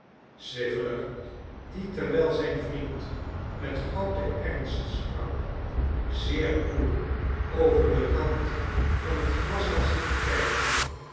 swiveller die terwijl zijn vriend met grooten ernst sprak zeer koel over den rand van het glas had zitten kijken